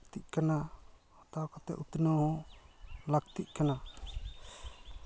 ᱞᱟᱹᱠᱛᱤᱜ ᱠᱟᱱᱟ ᱦᱟᱛᱟᱣ ᱠᱟᱛᱮᱫ ᱩᱛᱱᱟᱹᱣ ᱦᱚᱸ ᱞᱟᱹᱠᱛᱤᱜ ᱠᱟᱱᱟ